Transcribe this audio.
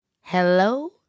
Hello